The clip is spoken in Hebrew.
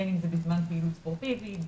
בין אם זה בזמן פעילות ספורטיבית,